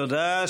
תודה.